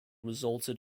resulted